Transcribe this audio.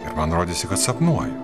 ir man rodėsi kad sapnuoju